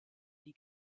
die